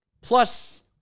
Plus